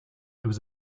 was